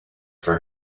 for